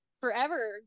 forever